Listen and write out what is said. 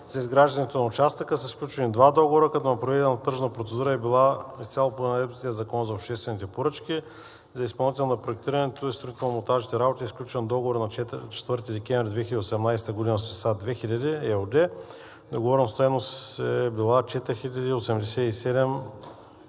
За изграждането на участъка са сключени два договора, като проведената тръжна процедура е била изцяло по наредбите на Закона за обществените поръчки. За изпълнител на проектирането и строително-монтажните работи е сключен договор на 4 декември 2018 г. с „ИСА 2000“ ЕООД. Договорната стойност е била 4 млн.